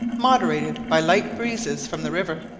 moderated by light breezes from the river.